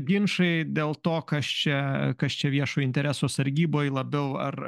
ginčai dėl to kas čia kas čia viešo intereso sargyboj labiau ar